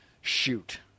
shoot